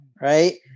Right